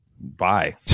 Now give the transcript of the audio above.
bye